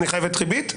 למה חייבת ריבית?